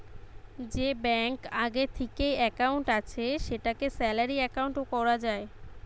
যে ব্যাংকে আগে থিকেই একাউন্ট আছে সেটাকে স্যালারি একাউন্ট কোরা যায়